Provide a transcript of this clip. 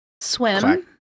Swim